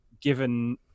given